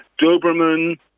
Doberman